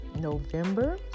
November